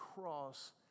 cross